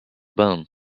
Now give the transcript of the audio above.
bone